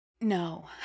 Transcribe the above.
No